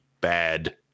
bad